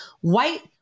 white